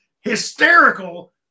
Hysterical